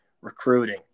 recruiting